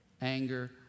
Anger